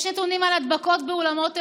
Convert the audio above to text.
יש נתונים על הדבקות באולמות אירועים,